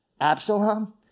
Absalom